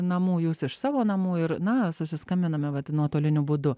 namų jūs iš savo namų ir na susiskambiname vat nuotoliniu būdu